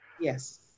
yes